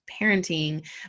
parenting